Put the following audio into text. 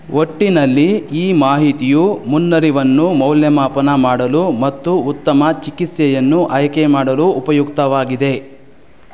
ಒಟ್ಟಿನಲ್ಲಿ ಈ ಮಾಹಿತಿಯು ಮುನ್ನರಿವನ್ನು ಮೌಲ್ಯಮಾಪನ ಮಾಡಲು ಮತ್ತು ಉತ್ತಮ ಚಿಕಿತ್ಸೆಯನ್ನು ಆಯ್ಕೆ ಮಾಡಲು ಉಪಯುಕ್ತವಾಗಿದೆ